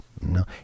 No